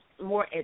more